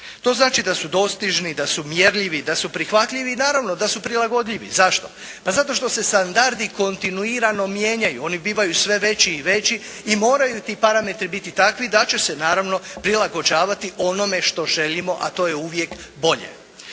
To znači da su dostižni, da su mjerljivi, da su prihvatljivi naravno da su prilagodljivi. Zašto? Pa zato što se standardi kontinuirano mijenjaju, oni bivaju sve veći i veći i moraju ti parametri biti takvi da će se naravno prilagođavati onome što želimo, a to je uvijek bolje.